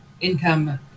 income